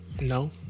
No